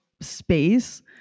space